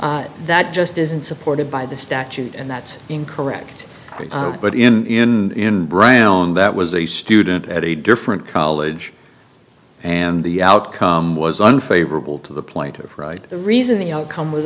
that just isn't supported by the statute and that's incorrect but in brown that was a student at a different college and the outcome was unfavorable to the point of pride the reason the outcome was